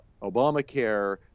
Obamacare